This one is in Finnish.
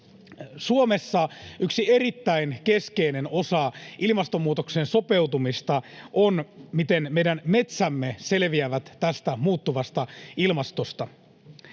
Suomessa yksi erittäin keskeinen osa ilmastonmuutokseen sopeutumista on se, miten meidän metsämme selviävät tästä muuttuvasta ilmastosta.